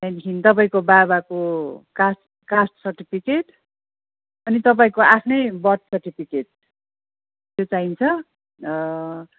त्यहाँदेखिन् तपाईँको बाबाको कास्ट कास्ट सर्टिफिकेट अनि तपाईँको आफ्नै बर्थ सर्टिफिकेट त्यो चाहिन्छ